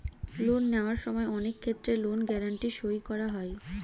loan নেওয়ার সময় অনেক ক্ষেত্রে লোন গ্যারান্টি সই করা হয়